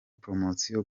promosiyo